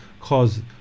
cause